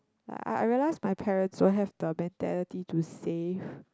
like I I realize my parents don't have the mentality to save